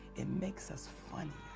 it makes us funnier.